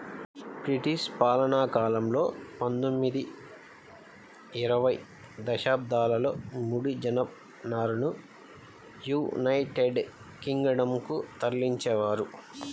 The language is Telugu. బ్రిటిష్ పాలనాకాలంలో పందొమ్మిది, ఇరవై శతాబ్దాలలో ముడి జనపనారను యునైటెడ్ కింగ్ డం కు తరలించేవారు